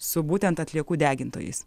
su būtent atliekų degintojais